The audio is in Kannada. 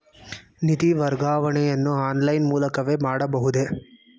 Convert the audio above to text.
ನಿಧಿ ವರ್ಗಾವಣೆಯನ್ನು ಆನ್ಲೈನ್ ಮೂಲಕವೇ ಮಾಡಬಹುದೇ?